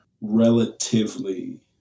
relatively